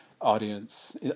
audience